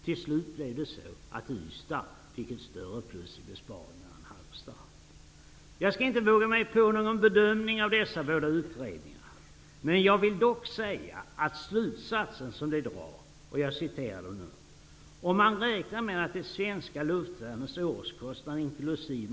Till slut blev det så att Ystad fick ett större plus i besparingarna än Jag skall inte våga mig på någon bedömning av dessa båda utredningar, men deras slutsats är: ''Om man räknar med att det svenska luftvärnets årskostnad inkl.